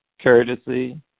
courtesy